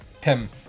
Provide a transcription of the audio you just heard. Tim